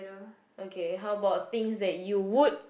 okay how about things that you would